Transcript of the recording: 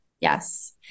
Yes